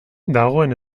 dagoen